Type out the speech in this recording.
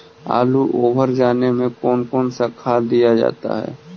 आलू ओवर जाने में कौन कौन सा खाद दिया जाता है?